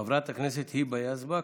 חברת הכנסת היבה יזבק.